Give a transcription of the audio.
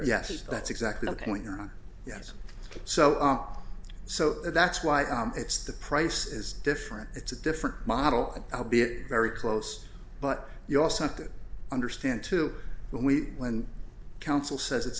yes that's exactly the point you're on yes so not so that's why it's the price is different it's a different model i'll be very close but you also have to understand too when we when counsel says it's